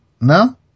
No